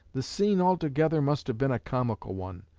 the scene altogether must have been a comical one,